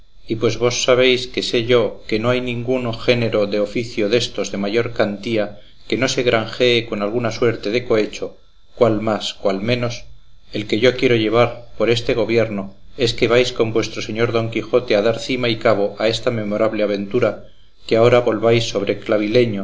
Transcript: y pues vos sabéis que sé yo que no hay ninguno género de oficio destos de mayor cantía que no se granjee con alguna suerte de cohecho cuál más cuál menos el que yo quiero llevar por este gobierno es que vais con vuestro señor don quijote a dar cima y cabo a esta memorable aventura que ahora volváis sobre